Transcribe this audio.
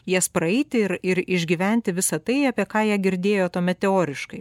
jas praeiti ir ir išgyventi visa tai apie ką jie girdėjo tuomet teoriškai